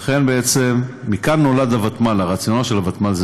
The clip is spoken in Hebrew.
לכן, מכאן נולדה הוותמ"ל, זה הרציונל של הוותמ"ל.